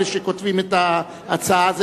אלה שכותבים את ההצעה,